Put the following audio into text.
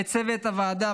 ולצוות הוועדה.